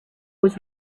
was